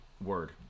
word